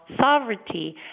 sovereignty